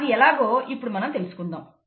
అది ఎలాగో ఇప్పుడు మనం తెలుసుకుందాం